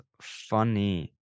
funny